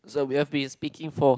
so we have been speaking for